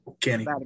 Kenny